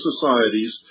societies